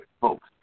folks